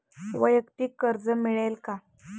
वैयक्तिक कर्ज मिळेल का?